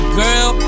girl